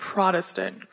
Protestant